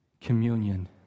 communion